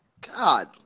God